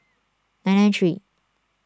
nine nine three